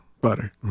Butter